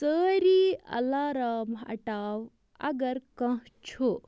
سٲری الارام ہٹاو اگر کانٛہہ چھُ